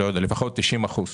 דירה לא תהיה מהמשכורת